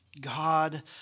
God